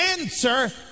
answer